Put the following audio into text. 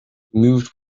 moved